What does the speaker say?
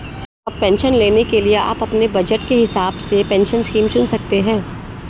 अब पेंशन लेने के लिए आप अपने बज़ट के हिसाब से पेंशन स्कीम चुन सकते हो